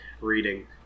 Reading